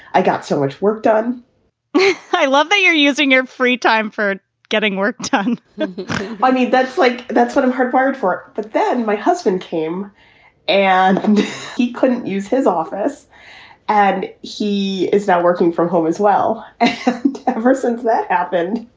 i got so much work done yeah i love that you're using your free time for getting work done by me that's like that's what i'm hardwired for. but then my husband came and he couldn't use his office and he is now working from home as well and a person that happened,